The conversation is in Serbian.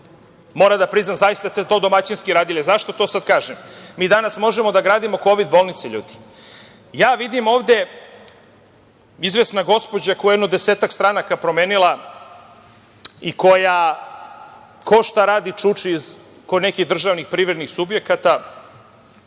Moram da priznam, zaista ste to domaćinski radili. Zašto to sada kažem? Mi danas možemo da gradimo kovid bolnice. Ja vidim ovde izvesna gospođa koja jedno desetak stranaka promenila i koja, ko šta radi čuči kod nekih državnih privrednih subjekata.